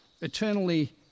eternally